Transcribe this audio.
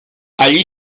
allí